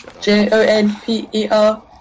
J-O-N-P-E-R